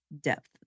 depth